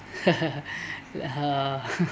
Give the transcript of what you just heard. uh